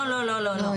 לא, לא.